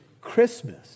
Christmas